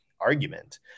argument